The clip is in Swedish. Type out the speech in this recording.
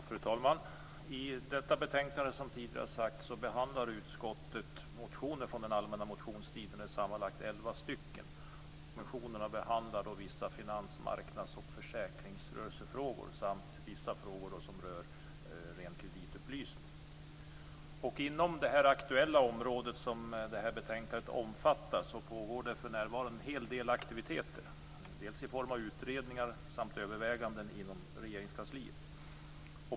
Fru talman! I detta betänkande behandlar utskottet motioner från den allmänna motionstiden, sammanlagt elva stycken. Motionerna behandlar vissa finansmarknads och försäkringsrörelsefrågor samt vissa frågor som rör ren kreditupplysning. Inom det aktuella området, som detta betänkande omfattar, pågår det för närvarande en hel del aktiviteter, dels i form av utredningar, dels i form av överväganden inom Regeringskansliet.